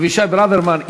אבישי ברוורמן,